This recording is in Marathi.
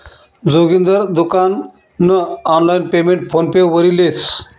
जोगिंदर दुकान नं आनलाईन पेमेंट फोन पे वरी लेस